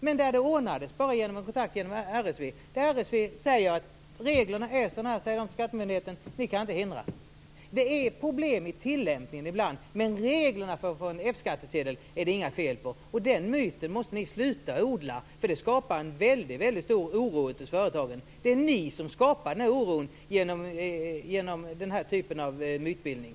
Där ordnades det dock bara genom kontakt med RSV, som sade till skattemyndigheten: Reglerna är sådana här, ni kan inte hindra detta. Det är problem med tillämpningen ibland, men reglerna för att få en F-skattsedel är det inga fel på. Den myten måste ni sluta odla, för den skapar en väldigt stor oro ute hos företagen. Det är ni som skapar den oron genom den här typen av mytbildning.